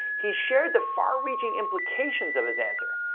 he shared the far reaching implications of his answer.